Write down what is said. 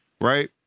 right